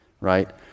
right